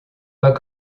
pas